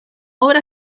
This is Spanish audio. obra